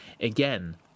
Again